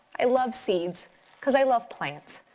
i love seeds cause i love plants.